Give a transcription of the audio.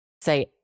say